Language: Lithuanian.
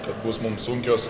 kad bus mums sunkios